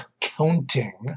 counting